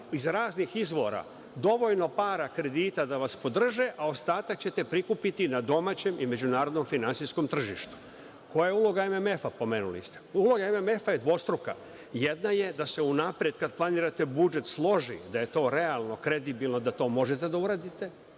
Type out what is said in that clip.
iz raznih izvora dovoljno para kredita da vas podrže, a ostatak ćete prikupiti na domaćem i međunarodnom finansijskom tržištu. Koja je uloga MMF, pomenuli ste. Uloga MMF je dvostruka. Jedna je da se unapred kad planirate budžet složi da je to realno, kredibilno da to možete da uradite,